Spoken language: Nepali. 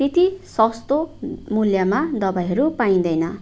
त्यति सस्तो मूल्यमा दबाईहरू पाइँदैन